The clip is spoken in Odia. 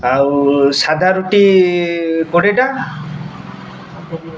ଆଉ ସାଧା ରୁଟି କୋଡ଼ିଏଟା